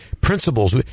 principles